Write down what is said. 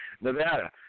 Nevada